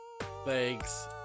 thanks